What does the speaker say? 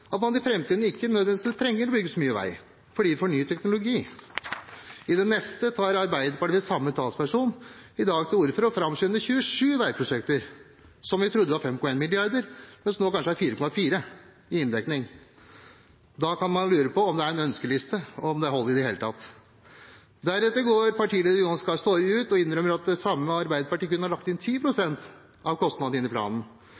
at man i framtiden ikke nødvendigvis vil trenge å bygge så mye vei fordi vi får ny teknologi. I det neste tar Arbeiderpartiets samme talsperson – i dag – til orde for å framskynde 27 veiprosjekter, som vi trodde det var satt av 5,1 mrd. kr til, men hvor det nå kanskje er 4,4 mrd. kr i inndekning. Da kan man lure på om det er en ønskeliste, og om det holder i det hele tatt. Deretter går partileder Jonas Gahr Støre ut og innrømmer at det samme Arbeiderpartiet kunne ha lagt 10 pst. av kostnadene inn